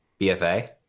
BFA